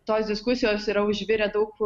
tos diskusijos yra užvirę daug